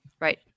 Right